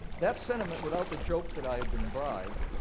that sentiment, without the joke that i had been bribed,